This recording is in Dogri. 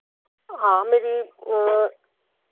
हां मेरी